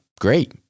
great